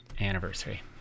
anniversary